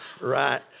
right